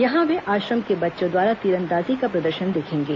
यहां वे आश्रम के बच्चों द्वारा तीरंदाजी का प्रदर्शन देखेंगे